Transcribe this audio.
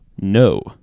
No